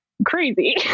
crazy